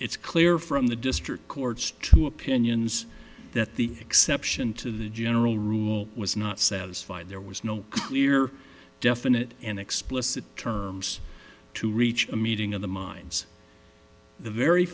it's clear from the district court's two opinions that the exception to the general rule was not satisfied there was no clear definite and explicit terms to reach a meeting of the minds the very